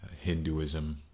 Hinduism